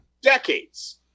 Decades